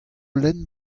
lenn